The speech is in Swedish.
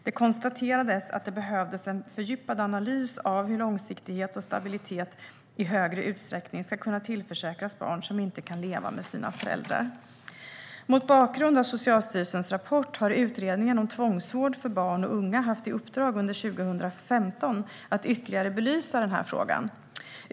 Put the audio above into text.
Det konstaterades att det behövdes en fördjupad analys av hur långsiktighet och stabilitet i högre utsträckning ska kunna tillförsäkras barn som inte kan leva med sina föräldrar. Mot bakgrund av Socialstyrelsens rapport har Utredningen om tvångsvård för barn och unga haft i uppdrag under 2015 att ytterligare belysa frågan.